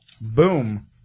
Boom